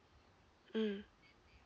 mm